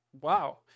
wow